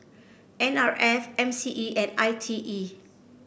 N R F M C E and I T E